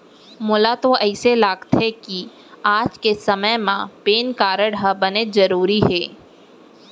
मोला तो अइसे लागथे कि आज के समे म पेन कारड ह बनेच जरूरी हे